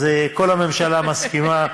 אז כל הממשלה מסכימה,